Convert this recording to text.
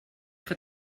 que